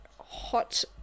hot